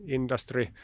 industry